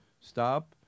Stop